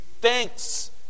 thanks